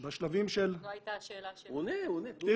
את